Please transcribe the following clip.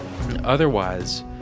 otherwise